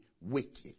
wicked